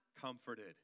comforted